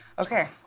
Okay